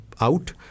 out